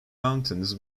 mountains